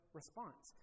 response